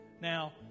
Now